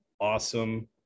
awesome